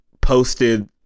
posted